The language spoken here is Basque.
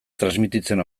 transmititzen